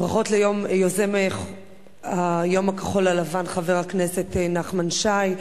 ברכות ליוזם יום הכחול-לבן, חבר הכנסת נחמן שי.